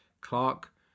clark